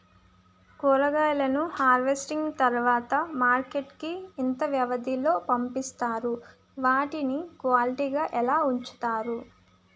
కూరగాయలను హార్వెస్టింగ్ తర్వాత మార్కెట్ కి ఇంత వ్యవది లొ పంపిస్తారు? వాటిని క్వాలిటీ గా ఎలా వుంచుతారు?